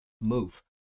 move